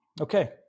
Okay